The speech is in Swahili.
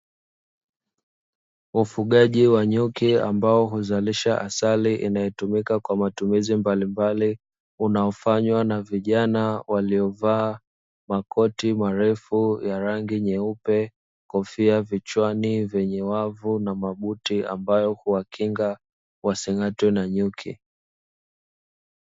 Ufugaji wa nyuki ambao huzalisha asali inayotumika kwa matumizi mbalimbali, unaofanywa na vijana waliovaa makoti marefu ya rangi nyeupe, kofia vichwani vyenye wavu na mabuti ambayo huwakinga wasing'atwe na nyuki.